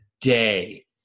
day